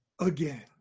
again